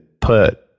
put